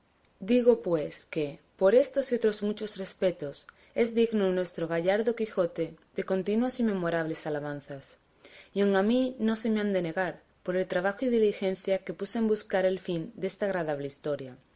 digo pues que por estos y otros muchos respetos es digno nuestro gallardo quijote de continuas y memorables alabanzas y aun a mí no se me deben negar por el trabajo y diligencia que puse en buscar el fin desta agradable historia